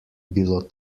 bilo